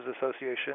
association